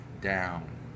down